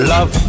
Love